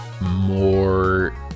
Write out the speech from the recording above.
more